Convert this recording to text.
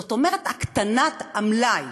זאת אומרת, הקטנת המלאי.